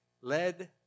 led